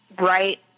right